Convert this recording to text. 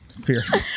Fierce